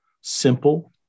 simple